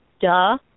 Duh